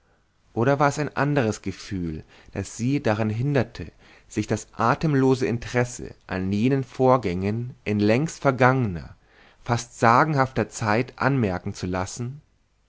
oder war es ein anderes gefühl das sie daran hinderte sich das atemlose interesse an jenen vorgängen in längst vergangener fast sagenhafter zeit anmerken zu lassen